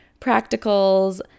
practicals